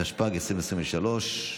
התשפ"ג 2023,